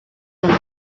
comme